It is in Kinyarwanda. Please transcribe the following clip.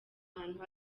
ahantu